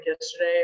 yesterday